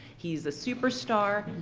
he's a superstar.